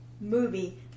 movie